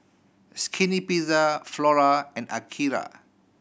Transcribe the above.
Skinny Pizza Flora and Akira